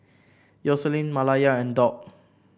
Yoselin Malaya and Doug